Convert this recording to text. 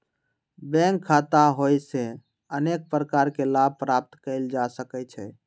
bank खता होयेसे अनेक प्रकार के लाभ प्राप्त कएल जा सकइ छै